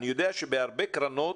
אני יודע שבהרבה קרנות